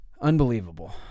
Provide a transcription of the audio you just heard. Unbelievable